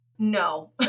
No